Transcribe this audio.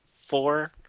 four